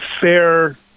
fair